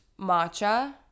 matcha